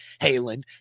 Halen